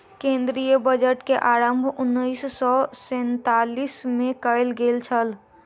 केंद्रीय बजट के आरम्भ उन्नैस सौ सैंतालीस मे कयल गेल छल